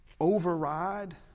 override